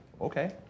Okay